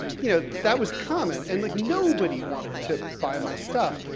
you know, that was common. and like, nobody wanted to buy my stuff.